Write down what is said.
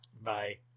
bye